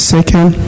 Second